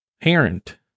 parent